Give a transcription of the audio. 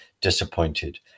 disappointed